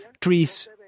trees